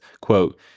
quote